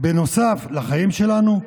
בנוסף לחיים שלנו,